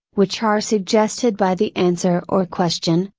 which are suggested by the answer or question,